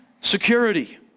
security